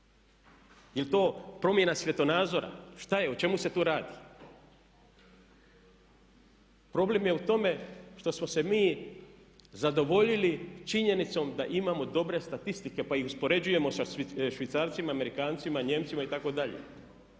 Jel to promjena svjetonazora, što je, o čemu se to radi? Problem je u tome što smo se mi zadovoljili činjenicom da imamo dobre statistike pa ih uspoređujemo sa Švicarcima, Amerikancima, Nijemcima itd.